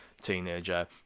teenager